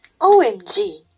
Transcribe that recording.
OMG